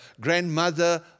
grandmother